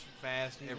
fast